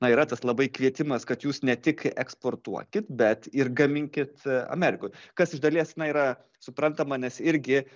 na yra tas labai kvietimas kad jūs ne tik eksportuokit bet ir gaminkit amerikoj kas iš dalies na yra suprantama nes irgi